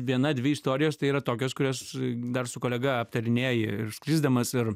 viena dvi istorijos tai yra tokios kurias dar su kolega aptarinėji ir skrisdamas ir